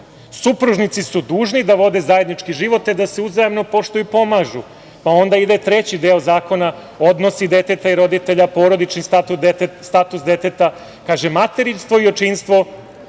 Supružnici su dužni da vode zajednički život, te da se uzajamno poštuju i pomažu. Onda ide treći deo zakona – odnosi deteta i roditelja, porodični status deteta. Kaže – materinstvo i očinstvo.